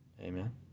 Amen